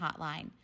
Hotline